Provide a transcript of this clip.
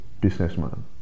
businessman